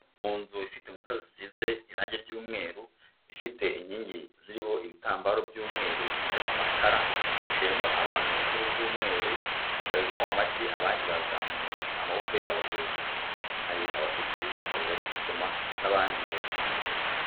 Mu nzu ifite inkuta zisize irangi ry'umweru ifite inkingi ziriho ibitambaro by'umweru hariho amatara hicayemo abantu mu ntebe z'umweru bari gukoma amashyi abandi bazamuye amaboko yabo hejuru, hari abafite ibitabo bari gusoma n'abandi bari kwandika.